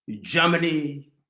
Germany